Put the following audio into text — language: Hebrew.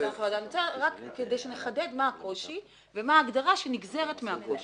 רק כדי שנחדד מה הקושי ומה ההגדרה שנגזרת מן הקושי.